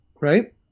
right